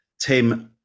Tim